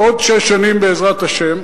בעוד שש שנים, בעזרת השם,